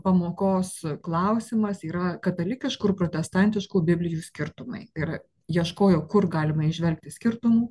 pamokos klausimas yra katalikiškų ir protestantiškų biblijų skirtumai ir ieškojau kur galima įžvelgti skirtumų